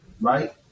right